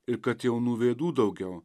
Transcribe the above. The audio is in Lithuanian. ir kad jaunų veidų daugiau